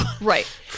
Right